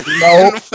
no